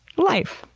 life!